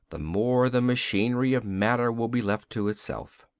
the more the machinery of matter will be left to itself.